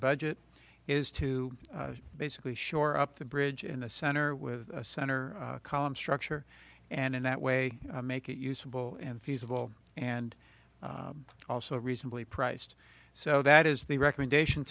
budget is to basically shore up the bridge in the center with a center column structure and in that way make it useable and feasible and also reasonably priced so that is the recommendation